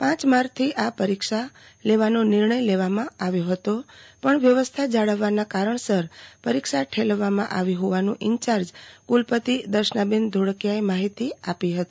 પાંચ માર્ચ થી આ પરિક્ષા લેવાનો નિર્ણય લેવામાં આવ્યો હતો પણ વ્યવસ્થા જાળવવાના કારણસર પરીક્ષા ઠેલવવામાં આવી હોવાનું ઈન્યાર્જ કુલપતિ દર્શનાબેન ધોળકીયાએ માહિતી આપી હતી